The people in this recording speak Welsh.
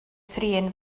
thrin